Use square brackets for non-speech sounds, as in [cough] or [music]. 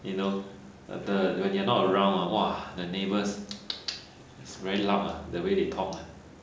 you know the when you're not around ah !wah! the neighbours [noise] is very loud ah the way they talk uh